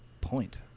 point